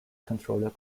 controller